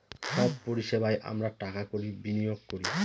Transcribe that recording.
সব পরিষেবায় আমরা টাকা কড়ি বিনিয়োগ করি